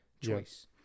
choice